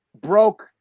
broke